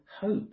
hope